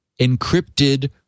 encrypted